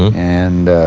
and